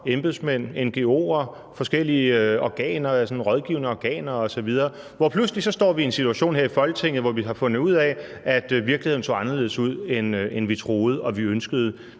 embedsmænd, ngo'er, forskellige organer, rådgivende organer osv. Og pludselig står vi i en situation her i Folketinget, hvor vi har fundet ud af, at virkeligheden så anderledes ud, end vi troede og vi ønskede.